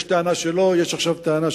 יש טענה שלא, ועכשיו יש טענה שכן.